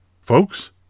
Folks